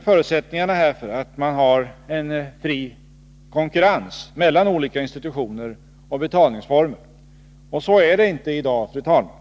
Förutsättningarna härför är att man har en fri konkurrens mellan olika institutioner och betalningsformer. Så är det inte i dag, fru talman!